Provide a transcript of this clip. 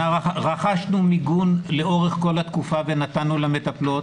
רכשנו מיגון לאורך כל התקופה ונתנו למטפלות.